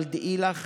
אבל דעי לך